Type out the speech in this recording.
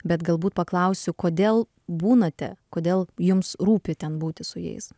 bet galbūt paklausiu kodėl būnate kodėl jums rūpi ten būti su jais